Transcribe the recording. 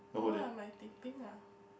no lah my Teh-Ping lah